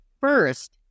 First